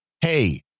hey